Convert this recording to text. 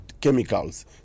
chemicals